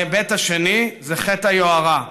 ההיבט השני זה חטא היוהרה.